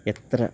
എത്ര